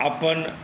अपन